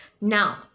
Now